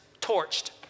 torched